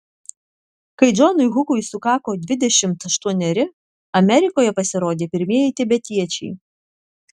kai džonui hukui sukako dvidešimt aštuoneri amerikoje pasirodė pirmieji tibetiečiai